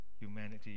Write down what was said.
humanity